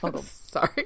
Sorry